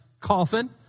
coffin